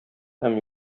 һәм